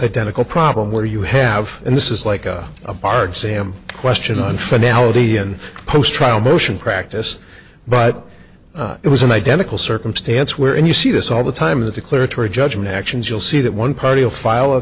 identical problem where you have and this is like a part sam question on finale and post trial motion practice but it was an identical circumstance where and you see this all the time in the declaratory judgment actions you'll see that one party will file a